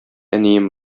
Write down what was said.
әнием